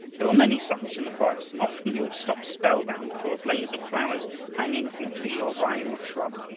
there were many such in the forest, and often he would stop spellbound before a blaze of flowers hanging from tree or vine or shrub.